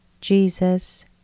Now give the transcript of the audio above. Jesus